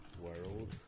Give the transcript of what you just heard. World